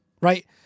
Right